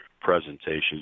presentations